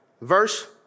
verse